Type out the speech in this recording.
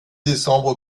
décembre